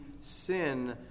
sin